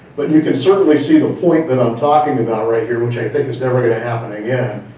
but you could certainly see the point that i'm talking about right here, which i think is never gonna happen again,